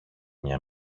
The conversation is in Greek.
μια